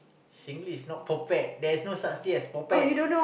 Singlish not potpet there's no such thing as potpet